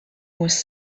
was